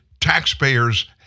taxpayers